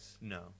No